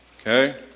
Okay